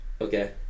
Okay